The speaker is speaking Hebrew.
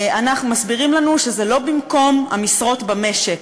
מסבירים לנו שזה לא במקום המשרות במשק,